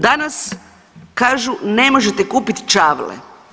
Danas kažu ne možete kupit čavle.